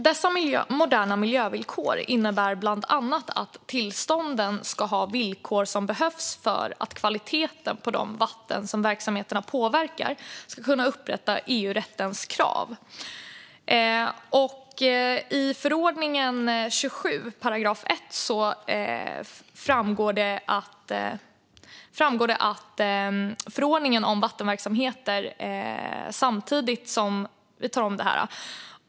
Dessa moderna miljövillkor innebär bland annat att tillstånden ska innehålla de villkor som behövs för att kvaliteten på de vatten som verksamheterna påverkar ska uppfylla EU-rättens krav.